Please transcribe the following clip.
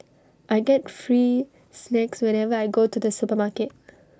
I get free snacks whenever I go to the supermarket